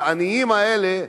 לעניים האלה,